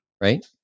right